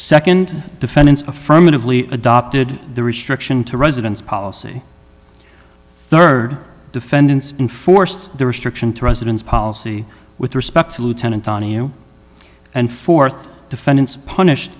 second defendants affirmatively adopted the restriction to residents policy third defendants enforced the restriction to residents policy with respect to lieutenant on e u and fourth defendants punished